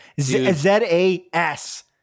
Z-A-S